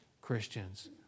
Christians